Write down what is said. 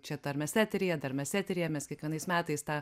čia dar mes eteryje dar mes eteryje mes kiekvienais metais tą